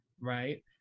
right